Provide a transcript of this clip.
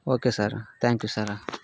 okay sir thank you sir